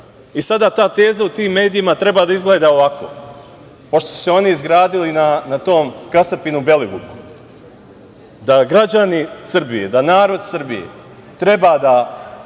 ta teza u tim medijima treba da izgleda ovako – pošto su se oni izgradili na tom kasapinu Belivuku da građani Srbije, da narod Srbije treba da